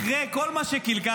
אחרי כל מה שקלקלתם,